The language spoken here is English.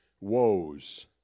woes